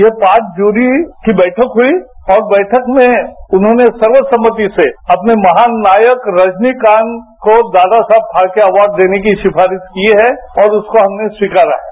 ये पांच जूरी की बैठक हुई और बैठक में उन्होंने सर्व सम्मति से अपने महानायक रजनीकांत को दादा साहब फाल्के अवार्ड देने की सिफारीश की है और उसको हमने स्वीकारा है